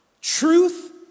Truth